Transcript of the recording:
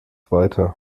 weiter